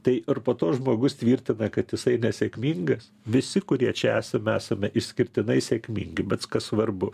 tai ir po to žmogus tvirtina kad jisai nesėkmingas visi kurie čia esam esame išskirtinai sėkmingai bet kas svarbu